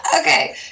Okay